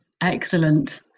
Excellent